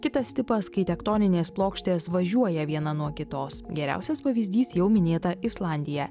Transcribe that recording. kitas tipas kai tektoninės plokštės važiuoja viena nuo kitos geriausias pavyzdys jau minėta islandija